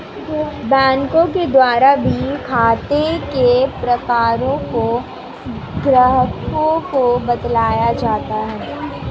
बैंकों के द्वारा भी खाते के प्रकारों को ग्राहकों को बतलाया जाता है